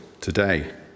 today